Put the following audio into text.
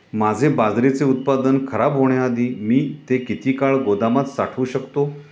माझे बाजरीचे उत्पादन खराब होण्याआधी मी ते किती काळ गोदामात साठवू शकतो?